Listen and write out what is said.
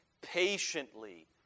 patiently